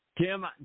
Tim